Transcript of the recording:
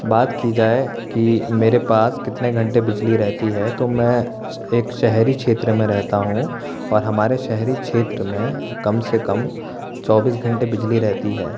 बात की जाए कि मेरे पास कितने घंटे बिजली रहती है तो मैं एक शहरी क्षेत्र में रहता हूँ और हमारे शेहरी क्षेत्र में कम से कम चौबीस घंटे बिजली रहती है